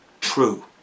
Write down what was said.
true